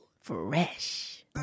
fresh